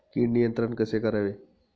कीड नियंत्रण कसे करावे?